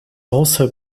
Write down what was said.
also